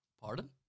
Pardon